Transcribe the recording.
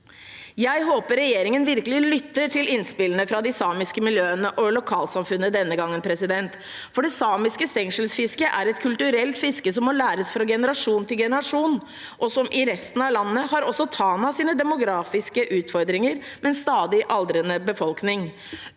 Jeg håper regjeringen virkelig lytter til innspillene fra de samiske miljøene og lokalsamfunnet denne gangen, for det samiske stengselsfisket er et kulturelt fiske som må læres fra generasjon til generasjon. Og som i resten av landet har også Tana sine demografiske utfordringer med en stadig aldrende befolkning.